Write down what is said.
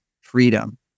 freedom